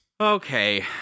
okay